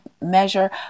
measure